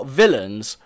villains